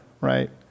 right